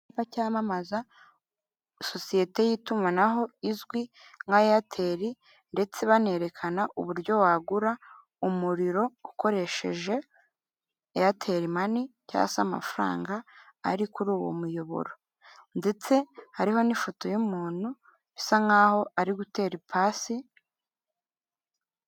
Icyapa cyamamaza sosiyete y'itumanaho izwi nka eyateri ndetse banerekana uburyo wagura umuriro ukoresheje eyateri mani cyangwa se amafaranga ari kuri uwo muyoboro ndetse hariho n'ifoto y'umuntu bisa nkaho ari gutera ipasi.